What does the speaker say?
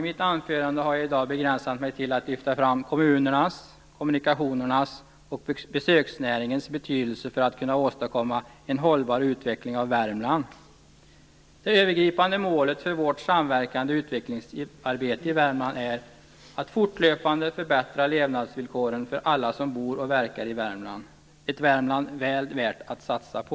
I mitt anförande här i dag har jag begränsat mig till att lyfta fram kommunernas, kommunikationernas och besöksnäringens betydelse när det gäller att kunna åstadkomma en hållbar utveckling av Värmland. Det övergripande målet för vårt samverkande utvecklingsarbete i Värmland är att fortlöpande förbättra levnadsvillkoren för alla som bor och verkar i Värmland - ett Värmland väl värt att satsa på!